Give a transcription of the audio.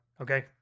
Okay